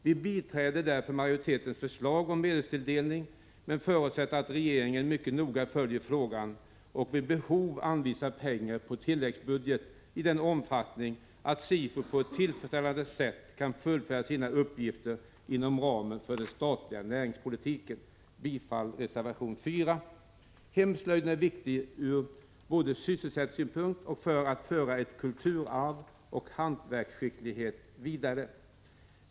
Vi biträder därför majoritetens förslag om medelstilldelning, men vi förutsätter att regeringen mycket noga följer frågan och vid behov anvisar pengar på tilläggsbudget i den omfattningen att SIFU på ett tillfredsställande sätt kan fullfölja sina uppgifter inom ramen för den statliga näringspolitiken. Jag yrkar bifall till reservation 4. Hemslöjden är viktig både ur sysselsättningssynpunkt och för att föra kulturarv och hantverksskicklighet vidare.